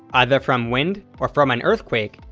either from wind or from an earthquake,